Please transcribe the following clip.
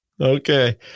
Okay